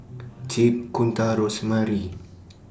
Chip Kunta and Rosemary